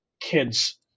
kids